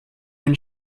when